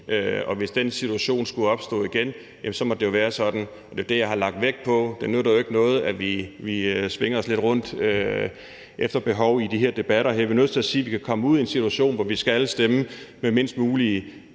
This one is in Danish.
og hvis den situation skulle opstå igen, måtte det jo være sådan, og det er jo det, jeg har lagt vægt på. Det nytter jo ikke noget, at vi svinger os lidt rundt efter behov i de her debatter. Vi er nødt til at sige, at vi kan komme ud i en situation, hvor vi skal stemme med færrest mulige.